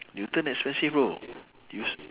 newton expensive bro you s~